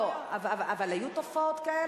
אבל היו תופעות כאלה?